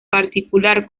particular